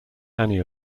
annie